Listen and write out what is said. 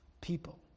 people